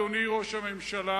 אדוני ראש הממשלה,